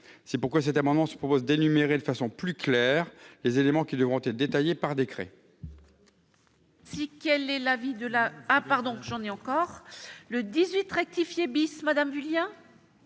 raison pour laquelle cet amendement a pour objet d'énumérer de façon plus claire les éléments qui devront être détaillés par décret.